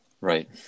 Right